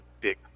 big